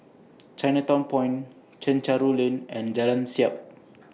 Chinatown Point Chencharu Lane and Jalan Siap